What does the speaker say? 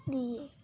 দিয়ে